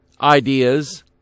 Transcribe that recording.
ideas